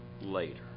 later